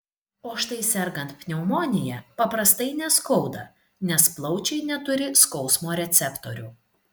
o štai sergant pneumonija paprastai neskauda nes plaučiai neturi skausmo receptorių